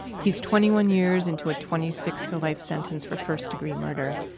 he's twenty one years into a twenty six to life sentence for first-degree murder.